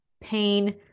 pain